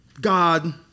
God